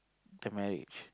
the marriage